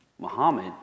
Muhammad